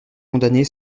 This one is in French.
condamnée